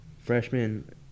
Freshman